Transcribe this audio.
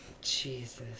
Jesus